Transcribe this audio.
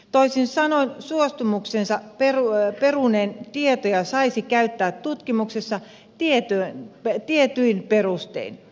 toisin sanoen suostumuksensa peruneen tietoja saisi käyttää tutki muksessa tietyin perustein